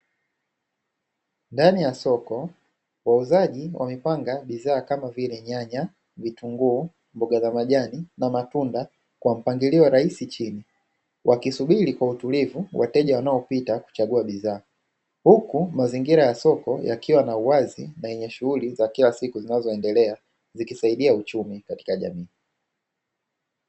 Ndani ya soko wauzaji wamepanga bidhaa kama vile nyanya, vitunguu, mboga za majani na matunda kwa mpangilio rahisi chini, wakisubiri kwa utulivu wateja wanaopita kuchagua bidhaa huku mazingira ya soko yakiwa na uwazi na yenye shughuli za kila siku zinazoendelea na zikisaidia uchumi katika jamii.